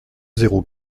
zéro